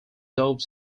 dove